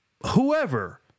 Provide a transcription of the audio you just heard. whoever